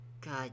God